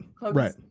right